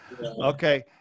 Okay